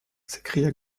s’écria